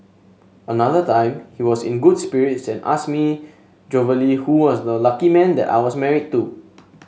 another time he was in good spirits and asked me jovially who was the lucky man that I was married to